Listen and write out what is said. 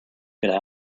could